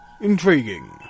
Intriguing